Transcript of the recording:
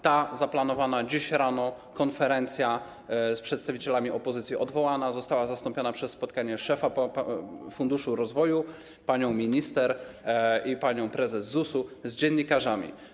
Ta zaplanowana dziś rano i odwołana konferencja z przedstawicielami opozycji została zastąpiona przez spotkanie szefa funduszu rozwoju, pani minister i pani prezes ZUS z dziennikarzami.